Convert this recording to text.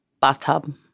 bathtub